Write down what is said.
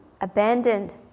abandoned